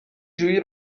جویی